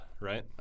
right